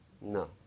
No